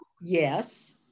Yes